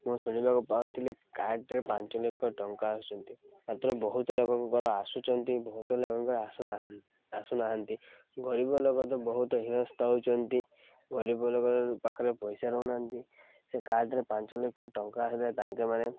ମୁଁ ଶୁଣିବାକୁ ପାଉଥିଲି କାର୍ଡ଼ରେ ପାଞ୍ଚ ଲକ୍ଷ ଟଙ୍କା ଆସୁଛନ୍ତି ମାତ୍ର ବହୁତ ଲୋକଙ୍କର ଆସୁଛନ୍ତି ବହୁତ ଲୋକଙ୍କର ଆସୁନାହା ଆସୁନାହାନ୍ତି ଗରିବ ଲୋକ ତ ବହୁତ ହୀନସ୍ତା ହେଉଛନ୍ତି ଗରିବ ଲୋକ ପାଖରେ ପଇସା ରହୁନାହାନ୍ତି ସେ କାର୍ଡ଼ରେ ପାଞ୍ଚ ଲକ୍ଷ ଟଙ୍କା ଆସିଲେ ତାଙ୍କେମାନେ